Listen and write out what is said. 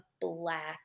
black